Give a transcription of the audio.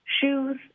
shoes